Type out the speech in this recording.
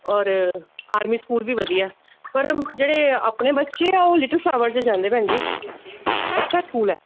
ਔਰ army school ਵੀ ਵਧੀਆ ਪਰ ਜਿਹੜੇ ਆਪਣੇ ਬੱਚੇ ਆ ਉਹ ਲਿਟਲ ਫਲਾਵਰ 'ਚ ਜਾਂਦੇ ਭੈਣ ਜੀ ਅੱਛਾ ਸਕੂਲ ਹੈ